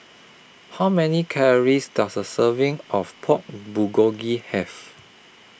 How Many Calories Does A Serving of Pork Bulgogi Have